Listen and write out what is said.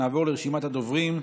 נעבור לרשימת הדוברים: